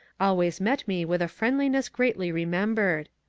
always met me with a friendli ness gratefully remembered.